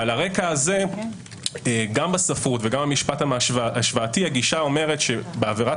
על הרקע הזה גם בספרות וגם במשפט ההשוואתי הגישה אומרת שבעבירת